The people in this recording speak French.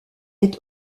est